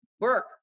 work